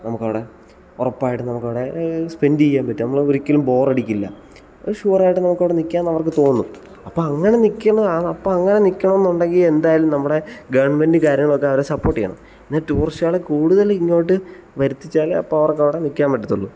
നമുക്കവിടെ ഉറപ്പായിട്ടും നമുക്കവിടെ സ്പെൻഡ് ചെയ്യാൻ പറ്റും ഒരിക്കലും ബോറടിക്കില്ല ഷുവർ ആയിട്ടും നമുക്കവിടെ നിൽക്കാമെന്ന് അവർക്ക് തോന്നും അപ്പം അങ്ങനെ നിൽക്കുന്ന നിൽക്കണമെന്നുണ്ടെങ്കിൽ എന്തായാലും നമ്മുടെ ഗവൺമെൻറ് കാര്യങ്ങളൊക്കെ അവരെ സപ്പോർട്ട് ചെയ്യണം എന്നിട്ട് ടൂറിസ്റ്റ്കളെ കൂടുതലിങ്ങോട്ട് വരുത്തിച്ചാൽ അപ്പം അവർക്ക് അപ്പോൾ അവിടെ നിൽക്കാൻ പറ്റത്തുള്ളൂ